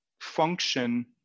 function